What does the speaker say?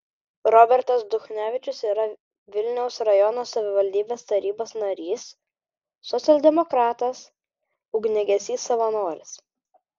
robertas duchnevičius yra vilniaus rajono savivaldybės tarybos narys socialdemokratas ugniagesys savanoris